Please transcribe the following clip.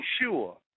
sure